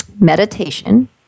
meditation